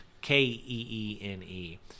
K-E-E-N-E